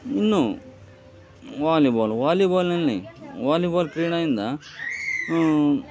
ಇನ್ನು ವಾಲಿಬಾಲ್ ವಾಲಿಬಾಲ್ನಲ್ಲಿ ವಾಲಿಬಾಲ್ ಕ್ರೀಡೆಯಿಂದ